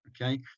okay